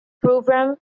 program